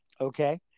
Okay